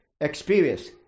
experience